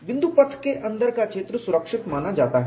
बिंदुपथ के अंदर का क्षेत्र सुरक्षित माना जाता है